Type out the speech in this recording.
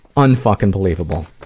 un-fucking-believable.